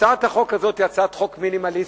הצעת החוק הזאת היא הצעת חוק מינימליסטית.